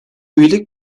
üyelik